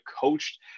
coached